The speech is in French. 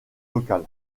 local